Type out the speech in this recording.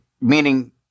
Meaning